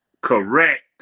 correct